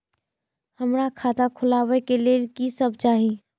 हमरा खाता खोलावे के लेल की सब चाही?